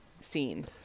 Scene